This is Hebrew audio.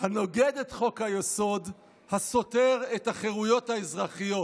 הנוגד את חוק-היסוד הסותר את החירויות האזרחיות".